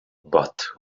but